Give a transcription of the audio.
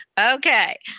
Okay